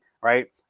Right